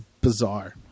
bizarre